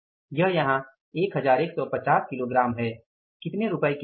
यह यहाँ 1150 किलोग्राम है कितने रुपये की दर से